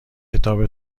کتاب